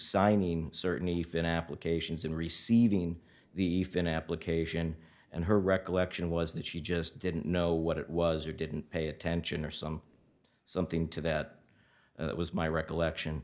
signing certainly phin applications in receiving the fin application and her recollection was that she just didn't know what it was or didn't pay attention or some something to that it was my recollection